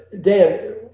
Dan